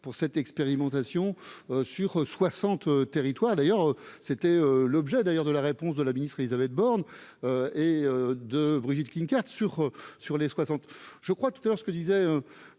pour cette expérimentation sur 60 territoires d'ailleurs, c'était l'objet d'ailleurs de la réponse de la ministre Élisabeth Borne et de Brigitte Klinkert sur sur les 60, je crois que d'ailleurs ce que disait